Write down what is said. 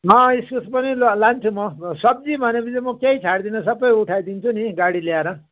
म इस्कुस पनि लान्छु म सब्जी भनेपछि चाहिँ म केही छोड्दिनँ सबै उठाइदिन्छु नि गाडी ल्याएर